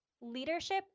Leadership